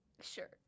Sure